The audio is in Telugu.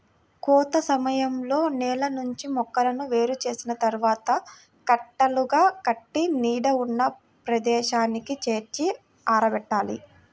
కోత సమయంలో నేల నుంచి మొక్కలను వేరు చేసిన తర్వాత కట్టలుగా కట్టి నీడ ఉన్న ప్రదేశానికి చేర్చి ఆరబెట్టాలి